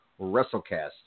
WrestleCast